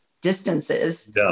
distances